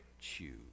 choose